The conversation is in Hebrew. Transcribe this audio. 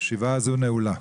הישיבה נעולה.